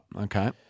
okay